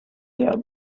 their